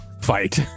fight